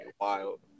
wild